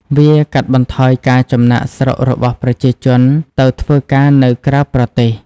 វាកាត់បន្ថយការចំណាកស្រុករបស់ប្រជាជនទៅធ្វើការនៅក្រៅប្រទេស។